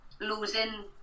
losing